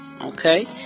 okay